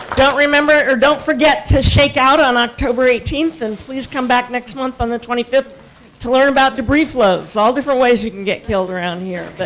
don't remember or, don't forget to shakeout on october eighteenth, and please come back next month on the twenty fifth to learn about debris flows. all different ways you can get killed around here, but,